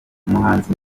umuhanzi